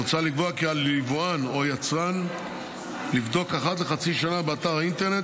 מוצע לקבוע כי על יבואן או יצרן לבדוק אחת לחצי שנה באתר האינטרנט